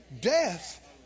death